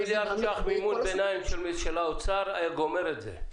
מיליארד ₪ מימון ביניים של האוצר היה גומר את זה.